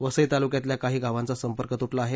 वसई तालुक्यातल्या काही गावांचा संपर्क तुटला आहे